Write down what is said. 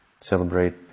celebrate